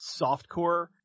softcore